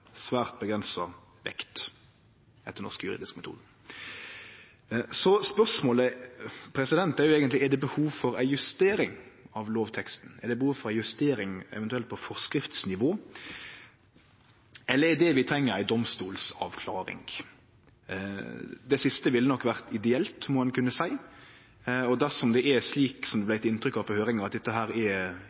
svært avgrensa vekt – etter norsk juridisk metode. Så spørsmålet er eigentleg: Er det behov for ei justering av lovteksten? Er det behov for ei justering på forskriftsnivå? Eller er det vi treng, ei domstolsavklaring? Det siste ville nok vore ideelt, må ein kunne seie. Og dersom det er slik som det vart gjeve inntrykk av i høyringa, at dette er